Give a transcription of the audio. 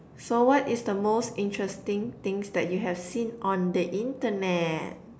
so what is the most interesting things that you have seen on the Internet